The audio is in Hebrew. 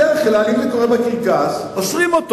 בדרך כלל, אם זה קורה בקרקס, אוסרים את